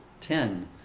ten